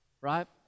right